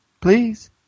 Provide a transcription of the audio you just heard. Please